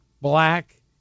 black